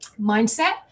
Mindset